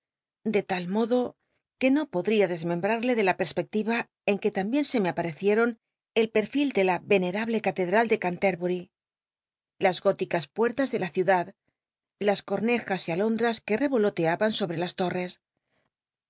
de tal modo que no pod ria dcsmem brarlc de la pcr spectila en que también se me aparecieron el perfil de la l'enerable catedral de canlorbcry las góticas puertas de la ciudad las cornejas y alondras que re oloteaban sobre las torr es